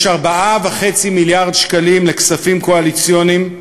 יש 4.5 מיליארד שקלים לכספים קואליציוניים,